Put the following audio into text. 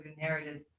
inherited